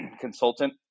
consultant